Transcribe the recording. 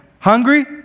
Hungry